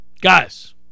guys